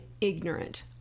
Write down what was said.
ignorant